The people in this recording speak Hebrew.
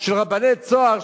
של רבני "צהר",